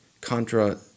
Contra